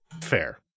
Fair